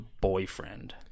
boyfriend